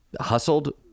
Hustled